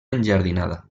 enjardinada